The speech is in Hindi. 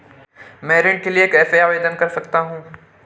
मैं ऋण के लिए कैसे आवेदन कर सकता हूं?